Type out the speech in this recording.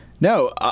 No